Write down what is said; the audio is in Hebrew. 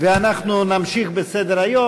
ואנחנו נמשיך בסדר-היום.